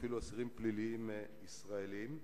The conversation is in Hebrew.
אפילו אסירים פליליים ישראלים.